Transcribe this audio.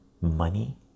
money